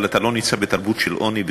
אבל אתה לא נמצא בתרבות של עוני,